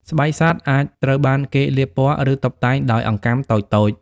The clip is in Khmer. ស្បែកសត្វអាចត្រូវបានគេលាបពណ៌ ឬតុបតែងដោយអង្កាំតូចៗ។